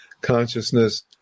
consciousness